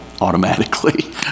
automatically